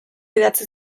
idatzi